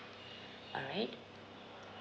alright